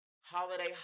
holiday